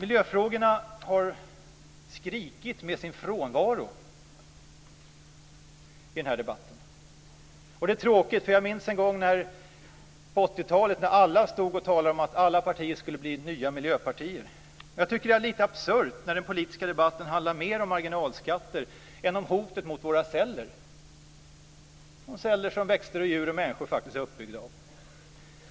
Miljöfrågorna har skrikit med sin frånvaro i den här debatten. Det är tråkigt, för jag minns en gång på 80-talet när alla talade om att alla partier skulle bli nya miljöpartier. Jag tycker att det är lite absurt när den politiska debatten handlar mer om marginalskatter än om hotet mot våra celler, de celler som växter, djur och människor faktiskt är uppbyggda av.